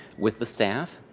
with the staff,